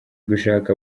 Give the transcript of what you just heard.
gushaka